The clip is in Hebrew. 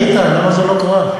היית, למה זה לא קרה?